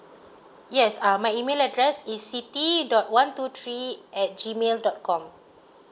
yes uh my email address is siti dot one two three at G mail dot com